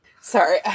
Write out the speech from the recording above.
Sorry